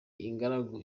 ingaragu